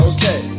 Okay